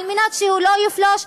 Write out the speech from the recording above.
כדי שהוא לא יפלוש,